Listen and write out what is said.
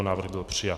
Návrh byl přijat.